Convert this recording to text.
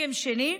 ודגם שני,